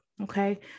okay